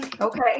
okay